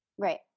right